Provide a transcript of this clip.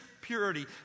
purity